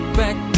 back